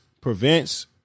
prevents